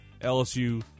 LSU